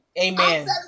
Amen